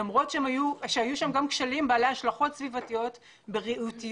למרות שהיו שם גם כשלים בעלי השלכות סביבתיות ובריאותיות